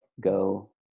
go